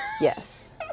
yes